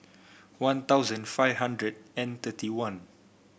One Thousand five hundred and thirty one